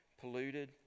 polluted